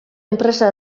enpresa